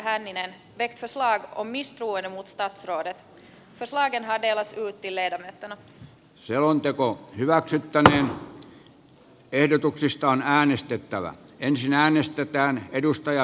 nojautuen välikysymystekstin sisältämiin kysymyksiin joihin hallitus ei ole tyydyttävästi vastannut eduskunta toteaa että hallitus ei nauti eduskunnan luottamusta